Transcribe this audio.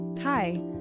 Hi